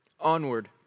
onward